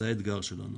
זה האתגר שלנו.